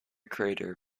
crater